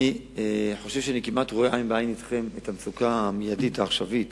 אני חושב שאני כמעט רואה עין בעין אתכם את המצוקה המיידית העכשווית